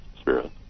spirit